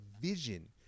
vision